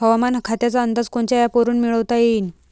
हवामान खात्याचा अंदाज कोनच्या ॲपवरुन मिळवता येईन?